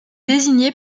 désigné